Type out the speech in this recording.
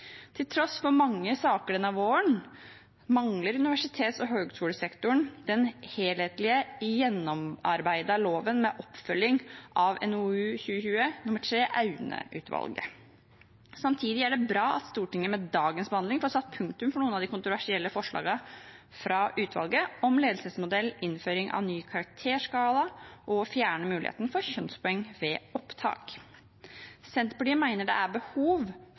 Til tross for mange saker denne våren mangler universitets- og høyskolesektoren den helhetlige gjennomarbeidete loven med oppfølging av NOU 2020: 3, Aune-utvalget. Samtidig er det bra at Stortinget med dagens behandling får satt punktum for noen av de kontroversielle forslagene fra utvalget om ledelsesmodell, innføring av ny karakterskala og å fjerne muligheten for kjønnspoeng ved opptak. Senterpartiet mener det er behov